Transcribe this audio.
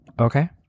Okay